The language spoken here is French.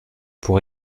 pour